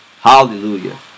hallelujah